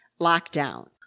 lockdown